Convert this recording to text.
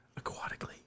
aquatically